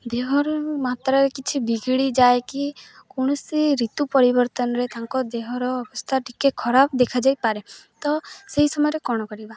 ଦେହର ମାତ୍ରାରେ କିଛି ବିଗଡ଼ି ଯାଏକି କୌଣସି ଋତୁ ପରିବର୍ତ୍ତନରେ ତାଙ୍କ ଦେହର ଅବସ୍ଥା ଟିକେ ଖରାପ ଦେଖାଯାଇପାରେ ତ ସେହି ସମୟରେ କ'ଣ କରିବା